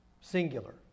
singular